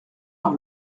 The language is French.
par